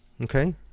okay